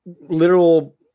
literal